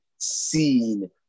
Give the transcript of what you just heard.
seen